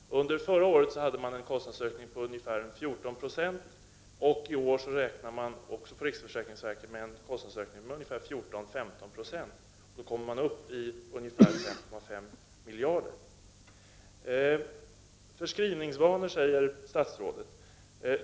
Under förra året hade man en kostnadsutveckling på ungefär 1496, och i år räknar riksförsäkringsverket också med en kostnadsutveckling på 14-1596. Då kommer man upp i ungefär 5,5 miljarder. Förskrivningsvanor talar statsrådet om.